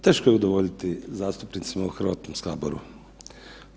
Teško je udovoljiti zastupnicima u HS-u.